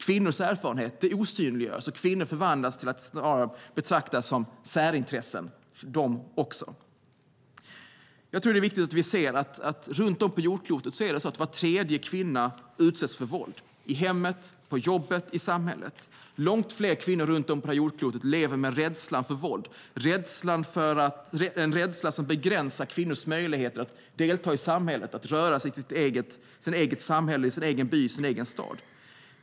Kvinnors erfarenheter osynliggörs, och kvinnor betraktas som särintressen. Jag tror att det är viktigt att vi ser att var tredje kvinna runt om på jordklotet utsätts för våld i hemmet, på jobbet eller i samhället. Långt fler kvinnor runt om på detta jordklot lever med rädslan för våld. Det är en rädsla som begränsar kvinnors möjligheter att delta i samhället och att röra sig i sitt eget samhälle, i sin egen by eller i sin egen stad.